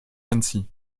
annecy